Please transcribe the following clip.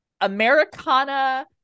Americana